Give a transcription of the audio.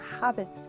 habits